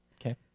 Okay